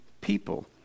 people